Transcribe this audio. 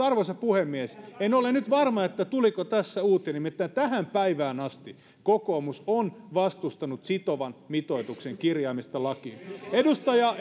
arvoisa puhemies en ole nyt varma tuliko tässä uutinen nimittäin tähän päivään asti kokoomus on vastustanut sitovan mitoituksen kirjaamista lakiin edustaja